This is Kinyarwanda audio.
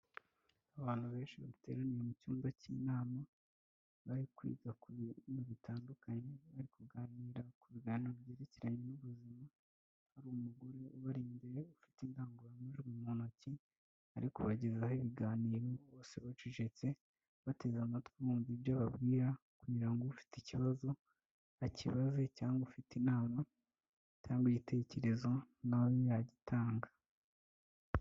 Abantu benshi bateraniye mu cyumba cy'inama, bari kwiga ku bintu bitandukanye, bari kuganira ku biganiro byerekeranye n'ubuzima, hari umugore ubari imbere, ufite indangurumajwi mu ntoki, ari kubagezaho ibiganiro bose bacecetse, bateze amatwi bumva ibyo ababwira, kugira ngo ufite ikibazo akibaze, cyangwa ufite inama cyangwa igitekerezo nawe abe yagitanga.